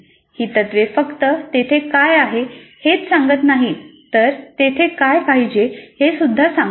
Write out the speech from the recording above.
ही तत्वे फक्त तेथे काय आहे हेच सांगत नाहीत तर तेथे काय पाहिजे हे सुद्धा सांगतात